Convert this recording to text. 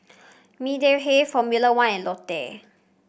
Mediheal Formula One and Lotte